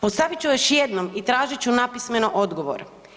Postavit ću još jednom i tražit ću napismeno odgovor.